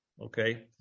okay